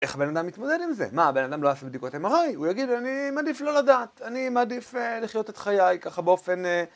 איך הבן אדם מתמודד עם זה? מה הבן אדם לא יעשה בדיקות MRI? הוא יגיד, אני מעדיף לא לדעת, אני מעדיף לחיות את חיי ככה באופן...